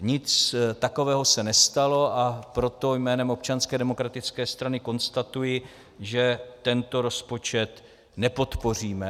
Nic takového se nestalo, a proto jménem Občanské demokratické strany konstatuji, že tento rozpočet nepodpoříme.